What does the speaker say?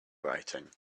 writing